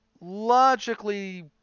Logically